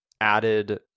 added